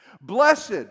Blessed